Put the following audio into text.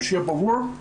שיהיה ברור,